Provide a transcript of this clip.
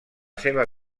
seva